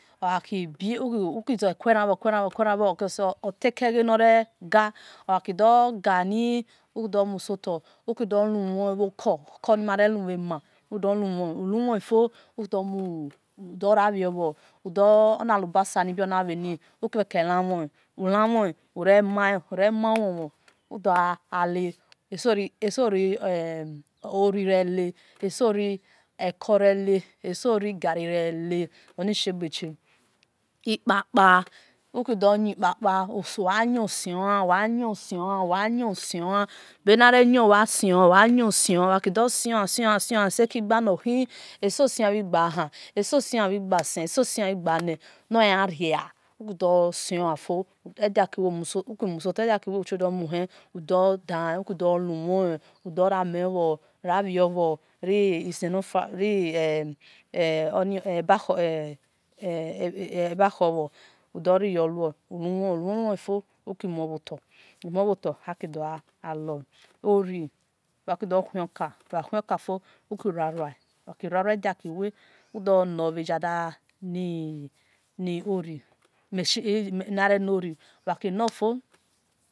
Ogha ki bie ukuze queran-bhor kueran bhor otake ghe nor re ga ogha ki do gani wil do mso to uki do muo bho ko-oko na re humu e̠ ma udo ria bhi o bho ona lubasani udo rabio bhor ona bhi ni uki do re lamhone ure mai ure mo wuwo uda ale eso re-ori rele eso ri eko re le-eso ri gali rele oni shie gbe chie ikpa-kpa uku do yin kpakpu bha yon ose o̠ wa yon osiom sion sion sekigba nokhi eso sion bhi gha han eso sionle bhi gba sen eso sion igba ne-ogha sion fo uki do dalen udo ra mio bhor ria bhi obhor ulumhon fo uki muo bho tor aki dor gha le ori ori aki do khuon ka ugha khuon ku fo uki rua-rua ede gha ki wel uki dor lo bhe jia da-li ori machine na re lori